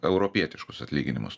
europietiškus atlyginimus